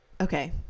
okay